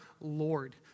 Lord